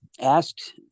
asked